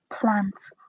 plants